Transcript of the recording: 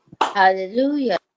Hallelujah